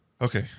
okay